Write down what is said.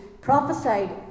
prophesied